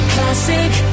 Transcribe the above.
Classic